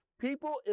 people